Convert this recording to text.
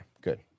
good